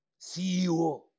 CEO